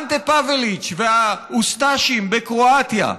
אנטה פאבליץ' והאוסטאשים בקרואטיה,